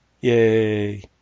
Yay